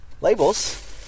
labels